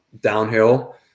downhill